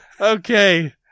Okay